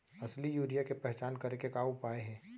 असली यूरिया के पहचान करे के का उपाय हे?